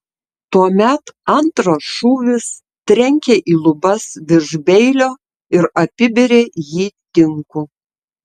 tuomet antras šūvis trenkė į lubas virš beilio ir apibėrė jį tinku